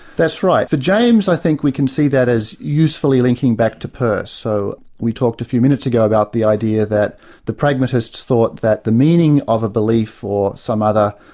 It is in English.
that's right. for james, i think we can see that as usefully linking back to peirce. so, we talked a few minutes ago about the idea that the pragmatists thought that the meaning of a belief, or some other,